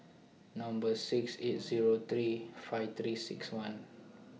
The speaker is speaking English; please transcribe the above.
Number six eight Zero three five three six one